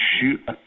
shoot